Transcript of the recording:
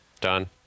done